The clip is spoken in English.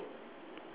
shovel